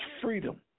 freedom